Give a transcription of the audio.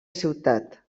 ciutat